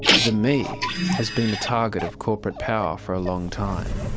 the me has been a target of corporate power for a long time.